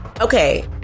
Okay